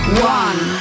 one